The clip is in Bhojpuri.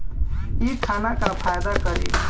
इ खाना का फायदा करी